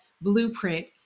blueprint